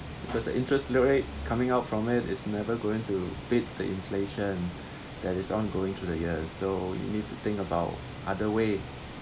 because the interest ra~ rate coming out from it is never going to beat the inflation that is ongoing through the years so you need to think about other way